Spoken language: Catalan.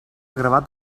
gravat